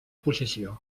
posició